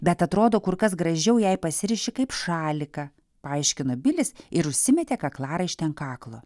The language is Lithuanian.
bet atrodo kur kas gražiau jei pasiriši kaip šaliką paaiškino bilis ir užsimetė kaklaraištį ant kaklo